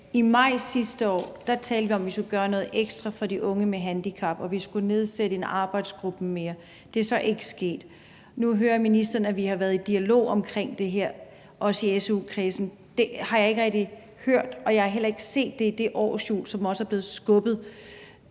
sidste år talte vi om, at vi skulle gøre noget ekstra for de unge med handicap, og at vi skulle nedsætte en arbejdsgruppe mere. Det er så ikke sket. Nu hører ministeren, vi har været i dialog om det her, også i su-kredsen. Det har jeg ikke rigtig hørt, og jeg har heller ikke set det i det årshjul, som også er blevet skubbet.